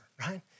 right